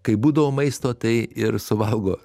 kai būdavo maisto tai ir suvalgo